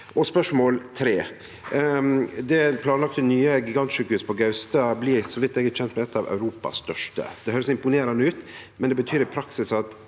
spørsmål tre: Det planlagde nye gigantsjukehuset på Gaustad blir, så vidt eg er kjend med, eit av Europas største. Det høyrest imponerande ut, men det betyr i praksis at